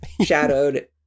shadowed